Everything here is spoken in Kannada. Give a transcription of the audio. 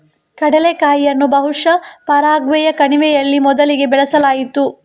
ಕಡಲೆಕಾಯಿಯನ್ನು ಬಹುಶಃ ಪರಾಗ್ವೆಯ ಕಣಿವೆಗಳಲ್ಲಿ ಮೊದಲಿಗೆ ಬೆಳೆಸಲಾಯಿತು